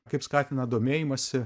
kaip skatina domėjimąsi